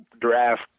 draft